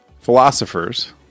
philosophers